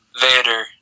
Vader